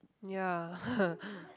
ya